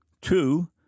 two